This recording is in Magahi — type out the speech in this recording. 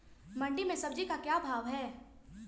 मंडी में सब्जी का क्या भाव हैँ?